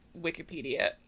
Wikipedia